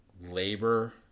labor